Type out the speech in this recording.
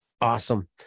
Awesome